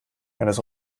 eines